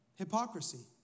hypocrisy